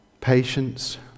patience